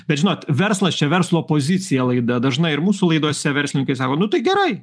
bet žinot verslas čia verslo pozicija laida dažnai ir mūsų laidose verslininkai sako nu tai gerai